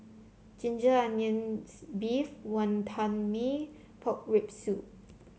Ginger Onions beef Wantan Mee Pork Rib Soup